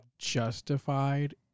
justified